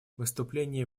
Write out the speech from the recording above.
выступление